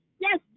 yes